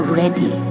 ready